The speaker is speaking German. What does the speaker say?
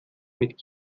mit